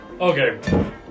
okay